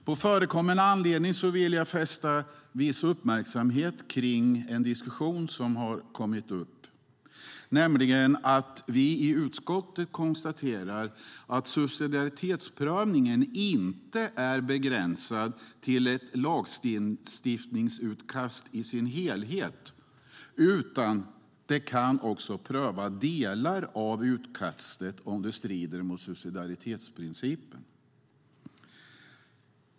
På förekommen anledning vill jag fästa viss uppmärksamhet på en diskussion som har kommit upp. Det handlar om att vi i utskottet konstaterar att subsidiaritetsprövningen inte är begränsad till ett lagstiftningsutkast i dess helhet utan att vi också kan pröva om delar av utkastet strider mot subsidiaritetsprincipen.